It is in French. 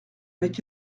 avec